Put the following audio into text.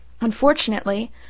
Unfortunately